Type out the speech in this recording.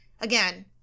Again